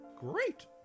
great